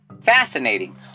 Fascinating